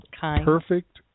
perfect